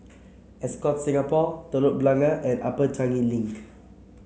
Ascott Singapore Telok Blangah and Upper Changi Link